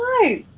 no